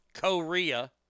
Korea